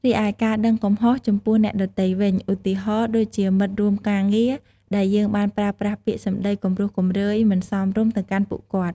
រីឯ ការដឹងកំហុសចំពោះអ្នកដទៃវិញ ឧទាហរណ៍ ដូចជាមិត្តរួមការងារដែលយើងបានប្រើប្រាស់ពាក្យសម្ដីគំរោះគំរើយមិនសមរម្យទៅកាន់ពួកគាត់។